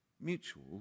mutual